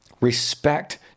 respect